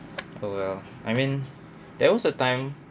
oh well I mean there was a time